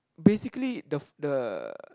basically the the